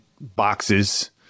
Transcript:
boxes